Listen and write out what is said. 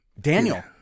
Daniel